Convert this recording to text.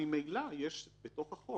ממילא יש בתוך החוק.